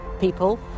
people